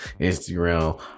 Instagram